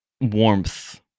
warmth